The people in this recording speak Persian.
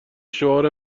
شعار